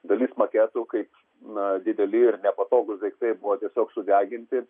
dalis maketų kaip na dideli ir nepatogūs daiktai buvo tiesiog sudeginti